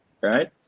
Right